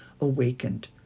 awakened